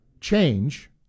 change